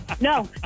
No